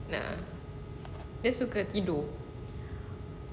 a'ah dia suka tidur